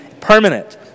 permanent